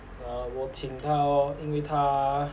err 我请他咯因为他